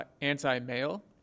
anti-male